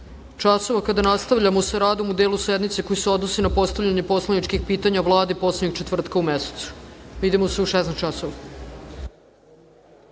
časova, kada nastavljamo sa radom u delu sednice koji se odnosi na postavljanje poslaničkih pitanja Vladi poslednjeg četvrtka u mesecu. Vidimo se u 16.00 časova.(